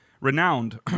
renowned